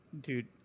dude